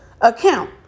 account